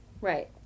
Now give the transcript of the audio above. Right